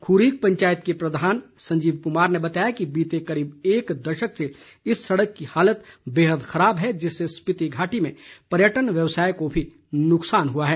खुरीक पंचायत के प्रधान संजीव कुमार ने बताया है कि बीते करीब एक दशक से इस सड़क की हालत बेहद खराब है जिससे स्पिति घाटी में पर्यटन व्यवसाय को भी नुकसान हुआ है